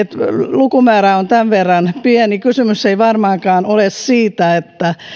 lukumäärä on tämän verran pieni kysymys varmaankaan olisi niinkään siitä että